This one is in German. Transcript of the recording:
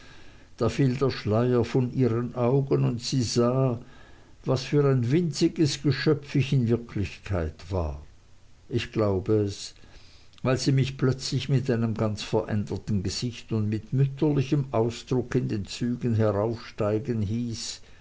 da fiel der schleier von ihren augen und sie sah was für ein winziges geschöpf ich in wirklichkeit war ich glaube es weil sie mich plötzlich mit einem ganz veränderten gesicht und mit mütterlichem ausdruck in den zügen heraufsteigen hieß